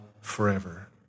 forever